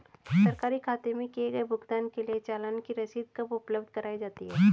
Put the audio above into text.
सरकारी खाते में किए गए भुगतान के लिए चालान की रसीद कब उपलब्ध कराईं जाती हैं?